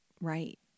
right